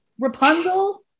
Rapunzel